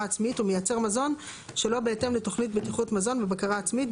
עצמית ומייצר מזון שלא בהתאם לתוכנית בטיחות מזון בבקרה עצמית,